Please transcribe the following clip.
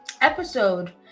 episode